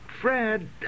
Fred